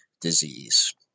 disease